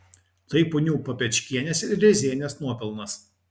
tai ponių papečkienės ir rėzienės nuopelnas